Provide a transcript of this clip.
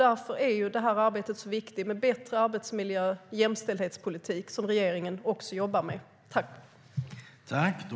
Därför är arbetet med bättre arbetsmiljö och jämställdhetspolitik så viktigt, och det jobbar regeringen också med.